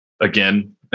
again